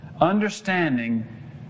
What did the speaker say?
Understanding